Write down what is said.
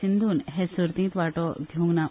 सिंध्रन हे सर्तीत वांटो घेवंक ना